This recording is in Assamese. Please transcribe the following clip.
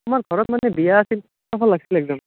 আমাৰ ঘৰত মানে বিয়া আছিল